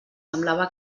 semblava